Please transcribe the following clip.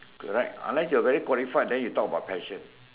correct unless you are very qualified then you talk about passion